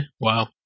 wow